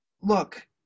look